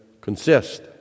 consist